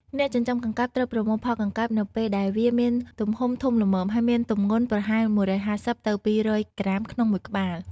អ្នកចិញ្ចឹមកង្កែបត្រូវប្រមូលផលកង្កែបនៅពេលដែលវាមានទំហំធំល្មម ហើយមានទម្ងន់ប្រហែល ១៥០ ទៅ ២០០ ក្រាមក្នុងមួយក្បាល។